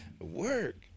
Work